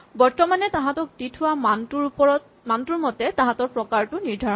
বৰ্তমানে তাহাঁতক দি থোৱা মানটোৰ মতে তাহাঁতৰ প্ৰকাৰটো নিৰ্ধাৰণ হয়